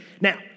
now